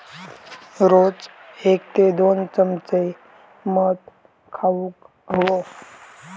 रोज एक ते दोन चमचे मध खाउक हवो